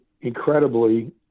incredibly